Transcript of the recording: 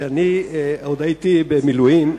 כשאני עוד הייתי במילואים,